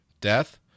death